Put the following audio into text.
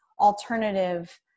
alternative